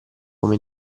come